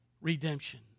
redemption